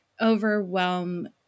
overwhelm